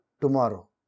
tomorrow